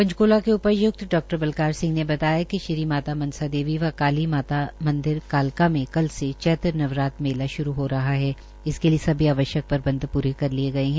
पंचकूला के उपाय्क्त डा बलकार सिंह ने बताया कि श्री माता मनसा देवी व काली माता मंदिर कालका में कल से चैत्र नवरात्र मेला श्रू हो रहा है इसके लिए सभी आवश्यक प्रबंध पूरे कर लिये गये है